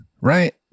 right